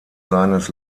seines